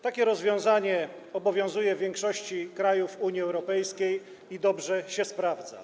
Takie rozwiązanie obowiązuje w większości krajów Unii Europejskiej i dobrze się sprawdza.